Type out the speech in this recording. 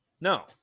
No